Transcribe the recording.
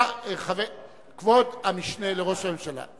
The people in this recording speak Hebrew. כבוד המשנה לראש הממשלה.